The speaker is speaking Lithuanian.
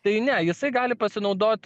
tai ne jisai gali pasinaudot